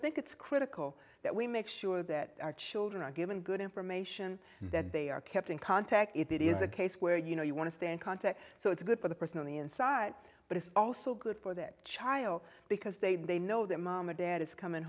think it's critical that we make sure that our children are given good information that they are kept in contact it is a case where you know you want to stay in contact so it's good for the person on the inside but it's also good for that child because they know that mom or dad is coming